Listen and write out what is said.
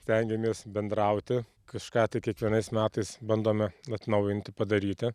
stengiamės bendrauti kažką tai kiekvienais metais bandome atnaujinti padaryti